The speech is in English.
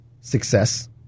success